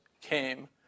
came